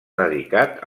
dedicat